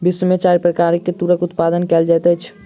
विश्व में चारि प्रकार के तूरक उत्पादन कयल जाइत अछि